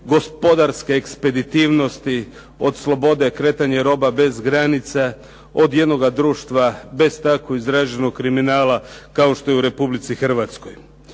gospodarske ekspeditivnosti, od slobode kretanja roba bez granica, od jednoga društva bez tako izraženog kriminala kao što je u Republici Hrvatskoj.